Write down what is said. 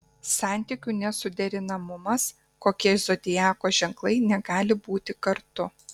santykių nesuderinamumas kokie zodiako ženklai negali būti kartu